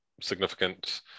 significant